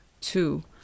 two